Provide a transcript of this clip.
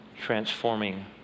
transforming